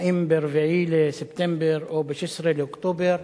האם ב-4 בספטמבר או ב-16 באוקטובר?